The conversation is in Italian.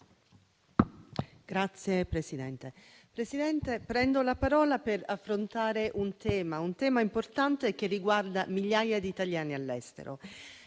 Signora Presidente, prendo la parola per affrontare un tema importante che riguarda migliaia di italiani all'estero.